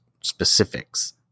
specifics